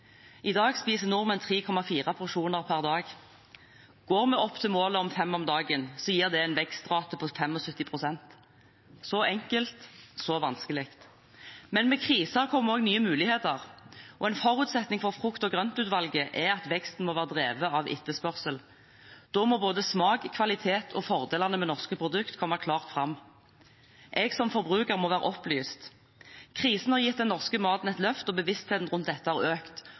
Går vi opp til målet om fem om dagen, gir det en vekstrate på 75 pst. Så enkelt, så vanskelig. Men med kriser kommer også nye muligheter. En forutsetning for grøntutvalget er at veksten må være drevet av etterspørsel. Da må både smak, kvalitet og fordelene med norske produkter komme klart fram. Jeg som forbruker må være opplyst. Krisen har gitt den norske maten et løft, og bevisstheten rundt dette har økt.